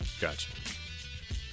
gotcha